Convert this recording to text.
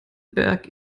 berg